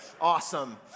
Awesome